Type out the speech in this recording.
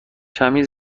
کمی